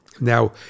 now